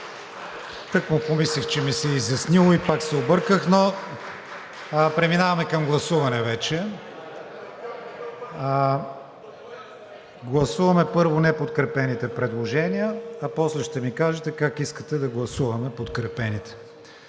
Тъкмо помислих, че ми се е изяснило и пак се обърках. Преминаваме към гласуване вече. Гласуваме първо неподкрепените предложения. После ще ми кажете как искате да гласуваме подкрепените.